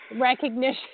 recognition